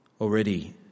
Already